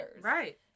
right